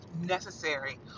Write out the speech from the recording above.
necessary